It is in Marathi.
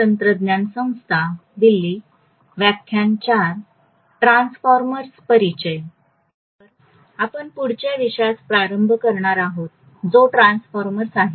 तर आपण पुढच्या विषयास प्रारंभ करणार आहोत जो ट्रान्सफॉर्मर्स आहे